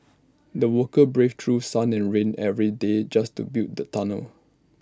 the workers braved through sun and rain every day just to build the tunnel